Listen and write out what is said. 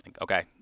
okay